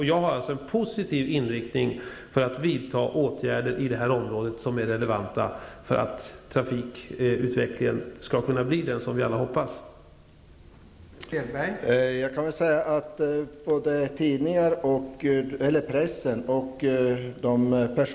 Jag har en positiv inställning till att i det området vidta åtgärder som är relevanta för att trafikutvecklingen skall kunna bli den som vi alla hoppas på.